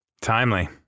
Timely